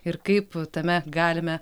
ir kaip tame galime